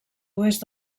oest